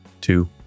two